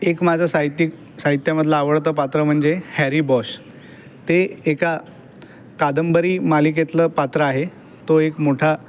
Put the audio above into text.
एक माझं साहित्यिक साहित्यामधलं आवडतं पात्र म्हणजे हॅरी बॉश ते एका कादंबरी मालिकेतलं पात्र आहे तो एक मोठा